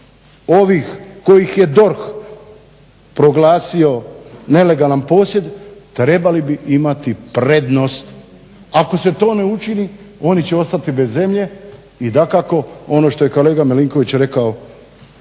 ovih kojih je DORH proglasio nelegalan posjed trebali bi imati prednost. Ako se to ne učini oni će ostati bez zemlje i dakako ono što je kolega Milinković rekao